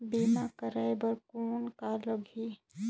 बीमा कराय बर कौन का लगही?